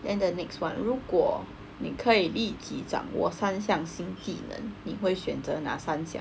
then the next one 如果你可以立即掌握三项新技能你会选择哪三项